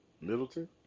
Middleton